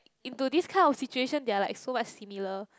into this kind of situation they are like so much similar